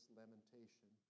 lamentation